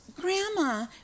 Grandma